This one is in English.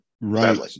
Right